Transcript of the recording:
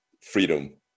freedom